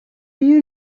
you